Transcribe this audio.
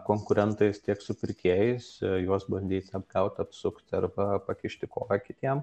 konkurentais tiek su pirkėjais juos bandysi apgaut apsukt arba pakišti koją kitiem